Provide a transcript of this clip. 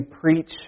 preach